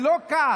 זה לא קל.